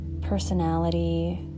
personality